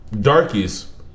darkies